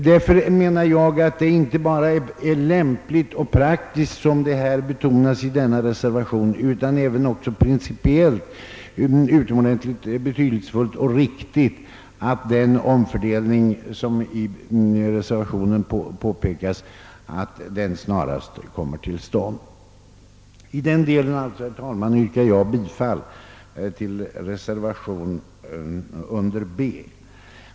Därför menar jag att det inte bara är lämpligt och praktiskt, såsom det betonas i denna reservation, utan också principiellt utomordentligt betydelsefullt och viktigt att den omfördelning, som i reservationen förordas, snarast möjligt kommer till stånd. I den delen yrkar jag alltså, herr talman, bifall till reservationen under b.